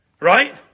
Right